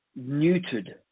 neutered